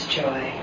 joy